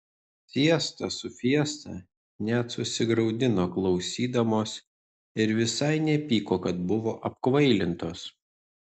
siesta su fiesta net susigraudino klausydamos ir visai nepyko kad buvo apkvailintos